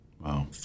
Wow